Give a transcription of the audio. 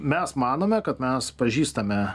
mes manome kad mes pažįstame